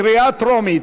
קריאה טרומית.